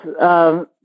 Yes